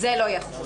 זה לא יחול.